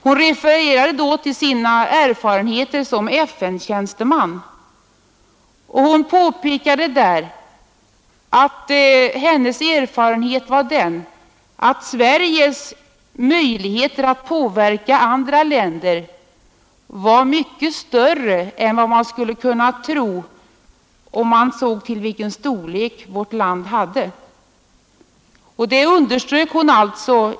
Hon framhöll att enligt hennes erfarenheter som FN-tjänsteman var Sveriges möjligheter att påverka andra länder mycket större än vad man skulle kunna tro om man såg till vårt lands storlek.